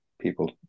people